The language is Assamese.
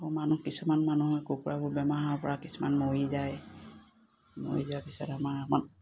মানুহ কিছুমান মানুহে কুকুৰাবোৰ বেমাৰ কিছুমান মৰি যায় মৰি যোৱাৰ পিছত আমাৰ